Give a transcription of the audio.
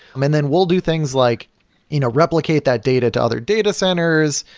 um and then we'll do things like you know replicate that data to other data centers.